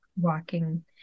Walking